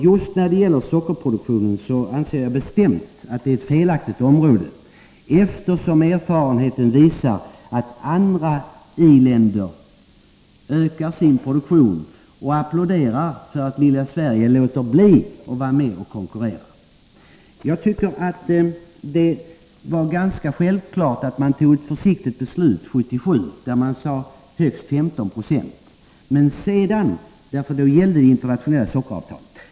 Jag anser också bestämt att sockerproduktionen är fel område, eftersom erfarenheten visar att andra i-länder ökar sin produktion och applåderar att lilla Sverige låter bli att vara med och konkurrera. Det var ganska naturligt att man fattade ett försiktigt beslut om högst 15 I år 1977, eftersom det internationella sockeravtalet då gällde.